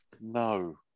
No